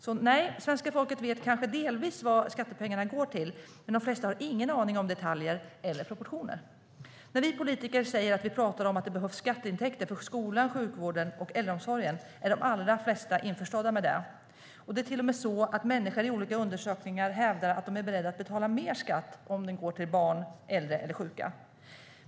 Så nej - svenska folket vet kanske delvis vad skattepengarna går till, men de flesta har ingen aning om detaljer eller proportioner. När vi politiker pratar om att det behövs skatteintäkter för skolan, sjukvården och äldreomsorgen är de allra flesta införstådda med det. Det är till och med så att människor i olika undersökningar hävdar att de är beredda att betala mer skatt om den går till barn, äldre eller sjuka.